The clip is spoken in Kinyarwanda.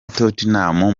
tottenham